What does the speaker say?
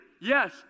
yes